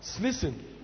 Listen